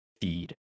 feed